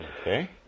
Okay